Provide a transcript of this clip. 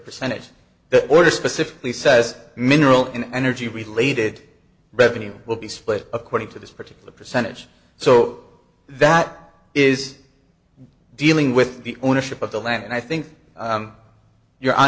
percentage the order specifically says mineral in energy related revenue will be split according to this particular percentage so that is dealing with the ownership of the land and i think